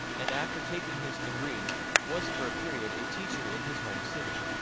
and after taking his degree was for a period a teacher in his home city.